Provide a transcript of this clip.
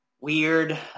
weird